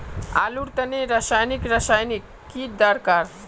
आलूर तने की रासायनिक रासायनिक की दरकार?